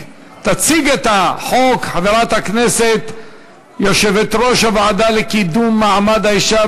תציג את החוק יושבת-ראש הוועדה לקידום מעמד האישה